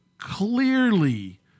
clearly